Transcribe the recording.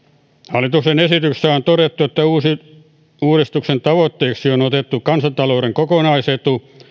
hallituksen esityksessä on todettu että uudistuksen tavoitteiksi on on otettu kansantalouden kokonaisetu